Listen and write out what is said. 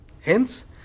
Hence